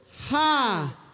Ha